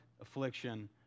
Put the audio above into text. affliction